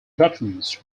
veterans